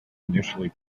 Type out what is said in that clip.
initially